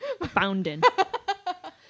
Foundin